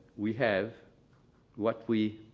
we have what we